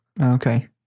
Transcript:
Okay